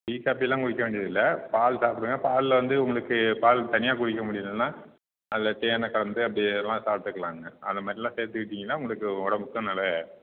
tea காப்பியெல்லாம் குடிக்க வேண்டியதில்லை பால் சாப்பிடுங்க பாலில் வந்து உங்களுக்கு பால் தனியாக குடிக்க முடிலென்னா அதில் தேனை கலந்து அப்படியேலாம் சாப்பிடுக்கலாங்க அந்தமாதிரிலாம் சேர்த்துக்கிட்டிங்கன்னா உங்களுக்கு உடம்புக்கும் நல்ல